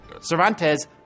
Cervantes